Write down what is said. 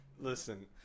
listen